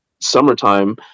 summertime